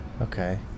okay